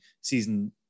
season